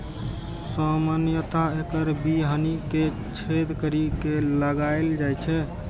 सामान्यतः एकर बीहनि कें छेद करि के लगाएल जाइ छै